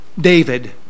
David